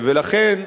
ולכן,